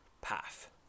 Path